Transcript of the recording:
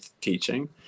teaching